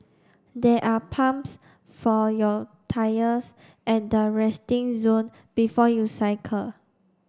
there are pumps for your tyres at the resting zone before you cycle